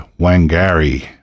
Wangari